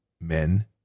men